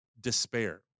despair